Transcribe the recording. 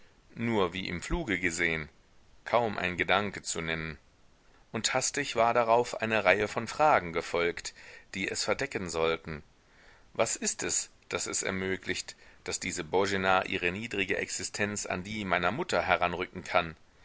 nur wie im fluge gesehen kaum ein gedanke zu nennen und hastig war darauf eine reihe von fragen gefolgt die es verdecken sollten was ist es das es ermöglicht daß diese boena ihre niedrige existenz an die meiner mutter heranrücken kann